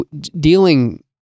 dealing